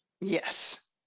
Yes